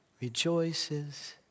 rejoices